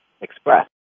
express